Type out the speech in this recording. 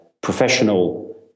professional